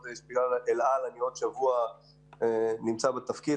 עוד שבוע אני בתפקיד.